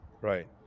Right